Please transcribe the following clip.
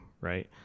right